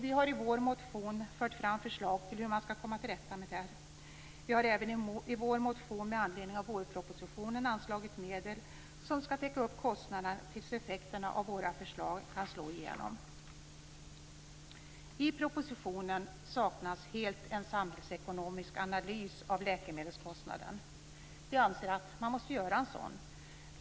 Vi har i vår motion fört fram förslag till hur man skall komma till rätta med detta. Vi har även i vår motion med anledning av vårpropositionen anslagit medel som skall täcka upp kostnaderna tills effekterna av våra förslag kan slå igenom. I propositionen saknas helt en samhällsekonomisk analys av läkemedelskostnaden. Vi anser att en sådan måste göras.